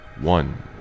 one